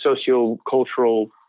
socio-cultural